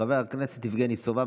חבר הכנסת יבגני סובה,